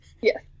Yes